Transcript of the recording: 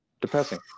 Depressing